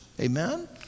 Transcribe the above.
amen